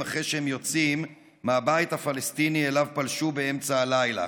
אחרי שהם יוצאים מהבית הפלסטיני שאליו פלשו באמצע הלילה.